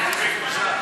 מיצוי זכויות),